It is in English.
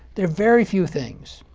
there are very few things.